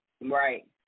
Right